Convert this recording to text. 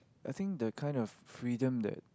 I think the kind of freedom that